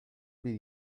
bir